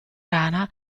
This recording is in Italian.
rana